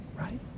right